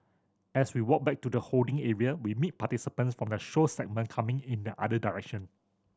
as we walk back to the holding area we meet participants from the show segment coming in the other direction